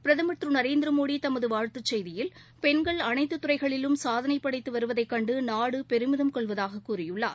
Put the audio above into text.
பிரதமா் திரு நரேந்திரமோடி தமது வாழ்த்துச் செய்தியில் பெண்கள் அளைத்துத் துறைகளிலும் எதனை படைத்து வருவதை கண்டு நாடு பெருமிதம் கொள்வதாக கூறியுள்ளார்